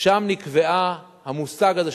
שם נקבע המושג הזה,